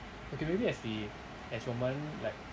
okay maybe as we as 我们 like